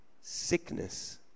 Sickness